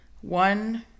One